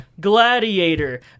Gladiator